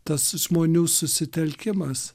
tas žmonių susitelkimas